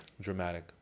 Dramatic